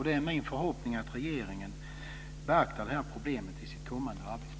Det är min förhoppning att regeringen i sitt kommande arbete beaktar detta problem.